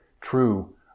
true